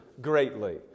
greatly